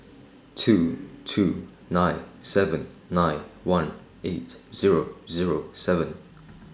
two two nine seven nine one eight Zero Zero seven